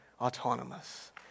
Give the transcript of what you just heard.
autonomous